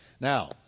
Now